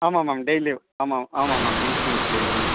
ஆமாம் மேம் டெய்லியும் ஆமாம் ஆமாம் மேம் இன்டர்நெட் ஃப்ரீ தான் மேம்